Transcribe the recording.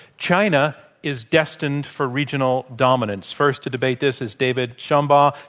china is destined for regional dominance. first to debate this is david shambaugh.